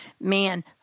man